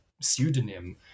pseudonym